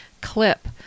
clip